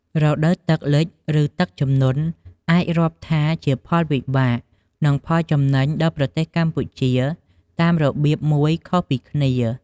រដូវទឹកលិច ឬ ទឹកជំនន់អាចរាប់ថាជាផលវិបាក និងផលចំណេញដល់ប្រទេសកម្ពុជាតាមរបៀបមួយខុសពីគ្នា។